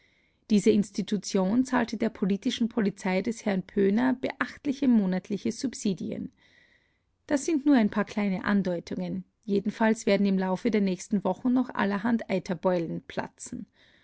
diese institution zahlte der politischen polizei des herrn pöhner beträchtliche monatliche subsidien das sind nur ein paar kleine andeutungen jedenfalls werden im laufe der nächsten wochen noch allerhand eiterbeulen platzen